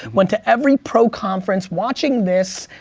went to every pro conference, watching this.